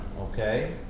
okay